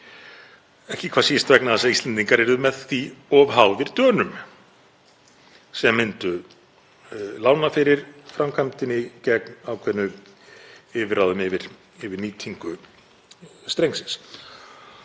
ekki hvað síst vegna þess að Íslendingar yrðu með því of háðir Dönum sem myndu lána fyrir framkvæmdinni gegn ákveðnum yfirráðum yfir nýtingu strengsins.